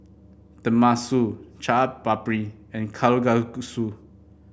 Tenmusu Chaat Papri and Kalguksu